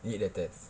you eat at the test